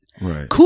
right